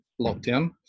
lockdown